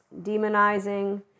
demonizing